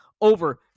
over